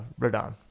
Radon